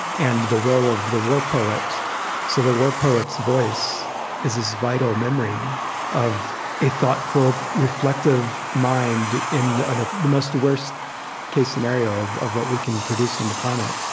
and the role of the war poet so the war poet's voice is this vital memory of a thoughtful, reflective mind in ah the most worst-case scenario of of what we can produce on the planet.